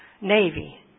Navy